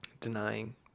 denying